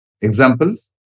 Examples